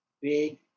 Big